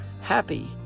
happy